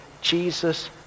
Jesus